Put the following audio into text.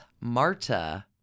Marta